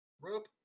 rope